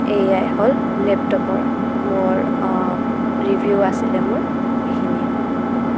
এয়াই হ'ল লেপটপৰ মোৰ ৰিভিউ আছিলে মোৰ এইখিনিয়ে